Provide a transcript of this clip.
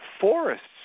forests